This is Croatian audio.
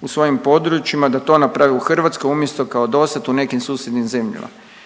u svojim područjima da to naprave u Hrvatskoj umjesto kao dosad u nekim susjednim zemljama.